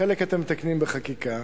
חלק אתם מתקנים בחקיקה,